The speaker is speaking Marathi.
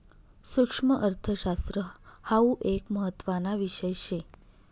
सुक्ष्मअर्थशास्त्र हाउ एक महत्त्वाना विषय शे